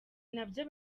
nabyo